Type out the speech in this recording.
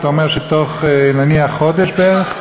אתה אומר שתוך חודש בערך,